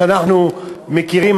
שאנחנו מכירים,